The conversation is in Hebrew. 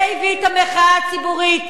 זה הביא את המחאה הציבורית,